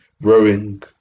rowing